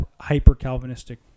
hyper-Calvinistic